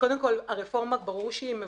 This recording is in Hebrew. קודם כל ברור שהרפורמה מבורכת.